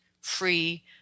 free